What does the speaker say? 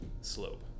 slope